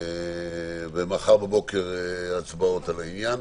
ומחר בבוקר הצבעות על העניין.